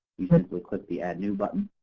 you'd just click click the add new button,